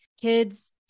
kids